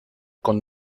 con